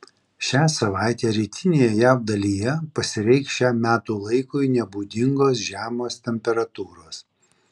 šią savaitę rytinėje jav dalyje pasireikš šiam metų laikui nebūdingos žemos temperatūros